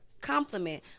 compliment